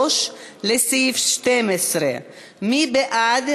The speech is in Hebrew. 3, לסעיף 12. מי בעד?